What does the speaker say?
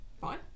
Fine